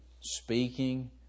speaking